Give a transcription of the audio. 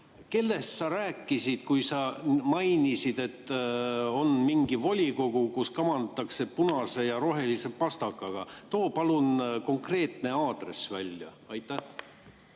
Kellest sa rääkisid, kui sa mainisid, et on mingi volikogu, kus kamandatakse punase ja rohelise pastakaga? Too palun konkreetselt välja. Aitäh,